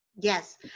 Yes